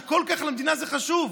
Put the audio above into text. שזה כל כך חשוב למדינה?